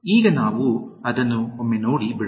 ಈಗ ನಾವು ಅದನ್ನು ಒಮ್ಮೆ ನೋಡಿ ಬಿಡೋಣ